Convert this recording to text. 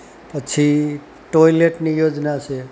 પછી ટોયલેટની યોજના છે